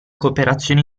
cooperazione